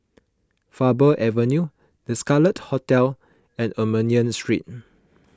Faber Avenue the Scarlet Hotel and Armenian Street